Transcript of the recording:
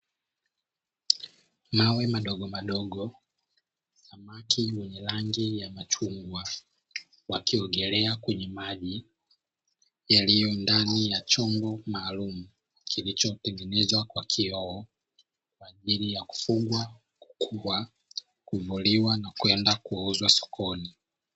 Mawe madogomadogo, samaki wenye rangi ya chungwa wakiogelea kwenye maji yaliyo ndani ya chungu maalumu kilichotengenezwa kwa kioo, kwa ajili ya kufugwa, kukua, kuvuliwa na kupelekwa sokoni.